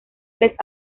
tres